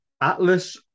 Atlas